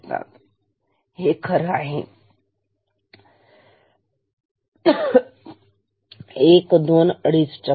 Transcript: तर हे खरं तर आहे 12 अडीच चक्र